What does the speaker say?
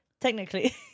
technically